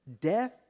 Death